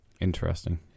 Interesting